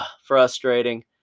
frustrating